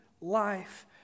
life